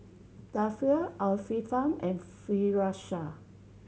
Dhia Alfian and Firash